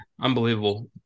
Unbelievable